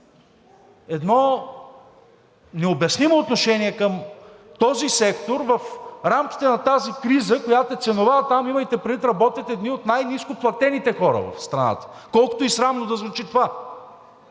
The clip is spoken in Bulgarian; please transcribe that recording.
едно необяснимо отношение към този сектор в рамките на тази криза, която е ценова, а там, имайте предвид, работят едни от най-нископлатените хора в страната, колкото и срамно да звучи това.